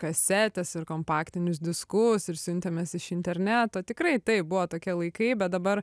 kasetes ir kompaktinius diskus ir siuntėmės iš interneto tikrai taip buvo tokie laikai bet dabar